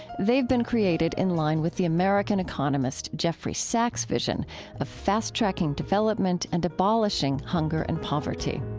they've been created in line with the american economist jeffrey sachs' vision of fast-tracking development and abolishing hunger and poverty